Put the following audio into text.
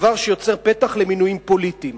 דבר שיוצר פתח למינויים פוליטיים.